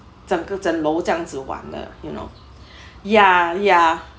整楼这样子完了 you know ya ya